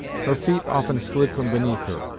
her feet often slid from beneath her,